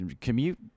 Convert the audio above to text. commute